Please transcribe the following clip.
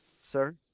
sir